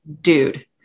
dude